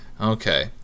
Okay